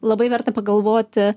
labai verta pagalvoti